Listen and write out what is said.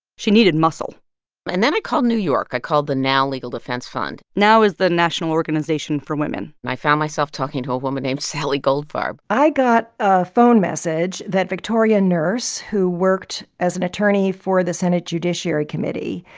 she needed muscle and then i called new york. i called the now legal defense fund now is the national organization for women and i found myself talking to a woman named sally goldfarb i got a phone message that victoria nourse, who worked as an attorney for the senate judiciary committee,